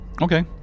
Okay